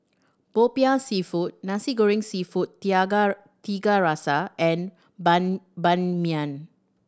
Popiah Seafood Nasi Goreng Seafood Tiga Rasa and ban Ban Mian